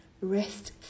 rest